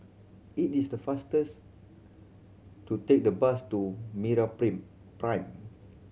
it is the fastest to take the bus to Prime